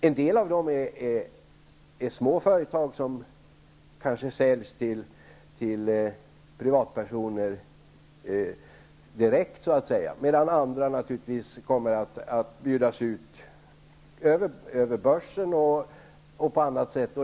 En del av dem är små företag som kanske säljs direkt till privatpersoner, medan andra kommer att bjudas ut över börsen eller på annat sätt.